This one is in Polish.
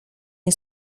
nie